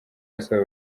asaba